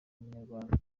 ubunyarwanda